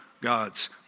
God's